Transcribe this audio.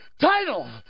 title